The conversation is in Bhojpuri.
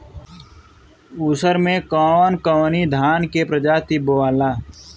उसर मै कवन कवनि धान के प्रजाति बोआला?